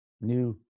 new